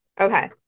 Okay